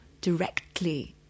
directly